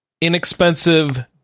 inexpensive